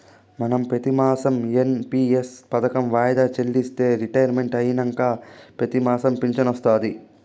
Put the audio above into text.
మనం పెతిమాసం ఎన్.పి.ఎస్ పదకం వాయిదా చెల్లిస్తే రిటైర్మెంట్ అయినంక పెతిమాసం ఫించనొస్తాది